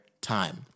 time